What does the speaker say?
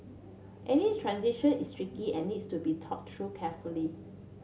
any transition is tricky and needs to be thought through carefully